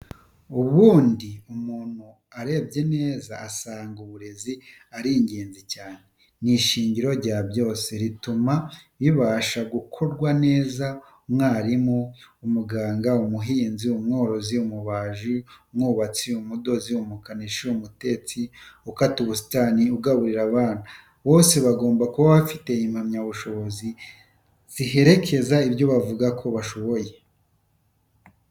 Ubundi umuntu arebye neza asanga uburezi ari ingenzi cyane, ni ishingiro rya byose, rituma bibasha gukorwa neza, umwarimu, umuganga, umuhinzi, umworozi, umubaji, umwubatsi, umudozi, umukanishi, umutetsi, ukata ubusitani, ugaburira abana, bose bagomba kuba bafite impamyabushobozi ziherekeza ibyo bavuga ko bashoboye.